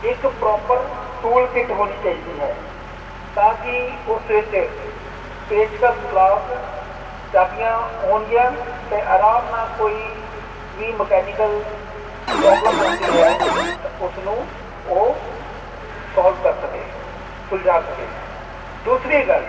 ਇੱਕ proper tool kit ਹੋਣੀ ਚਾਹੀਦੀ ਹੈ ਤਾਂ ਕਿ ਉਸ ਵਿੱਚ ਪੇਚਕਸ ਪਲਾਸ ਚਾਬੀਆਂ ਹੋਣਗੀਆਂ ਤਾਂ ਆਰਾਮ ਨਾਲ ਕੋਈ ਵੀ ਮਕੈਨੀਕਲ ਪ੍ਰੋਬਲਮ ਆਉਂਦੀ ਹੈ ਤਾਂ ਉਸਨੂੰ ਉਹ ਸੋਲਵ ਕਰ ਸਕੇ ਸੁਲਝਾ ਸਕੇ ਦੂਸਰੀ ਗੱਲ